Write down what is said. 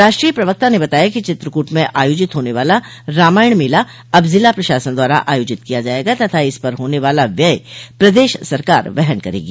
राष्ट्रीय प्रवक्ता ने बताया कि चित्रकूट में आयोजित होने वाला रामायण मेला अब जिला प्रशासन द्वारा आयोजित किया जायेगा तथा इस पर होने वाला व्यय प्रदेश सरकार वहन करेगी